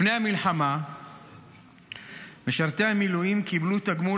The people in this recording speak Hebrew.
לפני המלחמה משרתי המילואים קיבלו תגמול